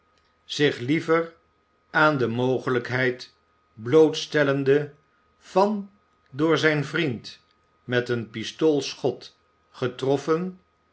zidi liever aan de mogelijkheid blootstellende van door zijn vriend met een pistoolschot getroffen